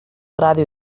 ràdio